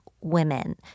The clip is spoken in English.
women